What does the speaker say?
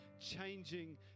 changing